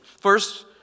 First